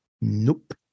Nope